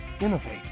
innovate